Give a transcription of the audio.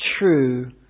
true